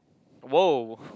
!wow!